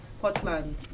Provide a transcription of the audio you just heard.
portland